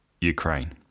Ukraine